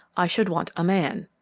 i should want a man.